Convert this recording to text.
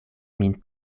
min